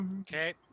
Okay